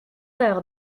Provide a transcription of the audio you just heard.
heures